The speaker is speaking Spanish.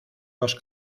los